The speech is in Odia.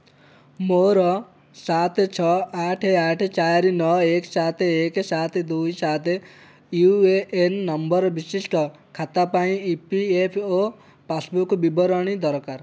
ମୋର ସାତ ଛଅ ଆଠ ଆଠ ଚାରି ନଅ ଏକ ସାତ ଏକ ସାତ ଦୁଇ ସାତ ୟୁ ଏ ଏନ୍ ନମ୍ବର ବିଶିଷ୍ଟ ଖାତା ପାଇଁ ଇ ପି ଏଫ୍ ଓ ପାସ୍ବୁକ୍ ବିବରଣୀ ଦରକାର